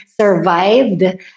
survived